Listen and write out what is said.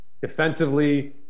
defensively